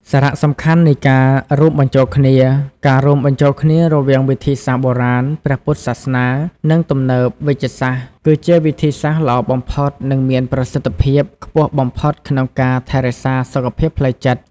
សារៈសំខាន់នៃការរួមបញ្ចូលគ្នា ការរួមបញ្ចូលគ្នារវាងវិធីសាស្ត្របុរាណ ព្រះពុទ្ធសាសនា និងទំនើប វេជ្ជសាស្ត្រ គឺជាវិធីសាស្រ្តល្អបំផុត និងមានប្រសិទ្ធភាពខ្ពស់បំផុតក្នុងការថែរក្សាសុខភាពផ្លូវចិត្ត។